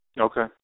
Okay